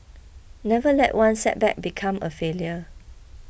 never let one setback become a failure